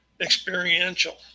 Experiential